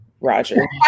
Roger